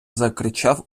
закричав